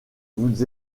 vous